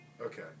Okay